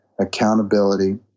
accountability